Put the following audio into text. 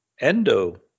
Endo